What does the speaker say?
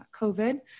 COVID